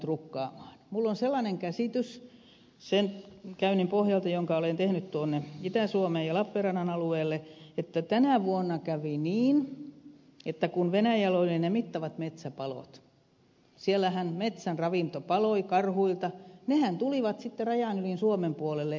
minulla on sellainen käsitys sen käynnin pohjalta jonka olen tehnyt itä suomeen ja lappeenrannan alueelle että tänä vuonna kävi niin että kun venäjällä olivat ne mittavat metsäpalot siellähän metsän ravinto paloi karhuilta ja nehän tulivat sitten rajan yli suomen puolelle